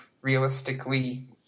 realistically